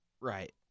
Right